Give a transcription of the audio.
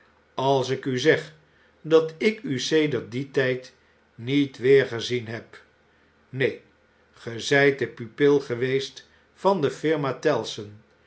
als ik u zeg dat ik u sedert dien tijd niet weergezien heb neen ge zijt de pupil geweest van de firma